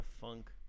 funk